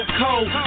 cold